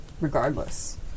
regardless